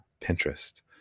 Pinterest